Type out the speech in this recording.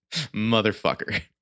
Motherfucker